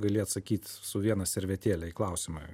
gali atsakyt su viena servetėle į klausimą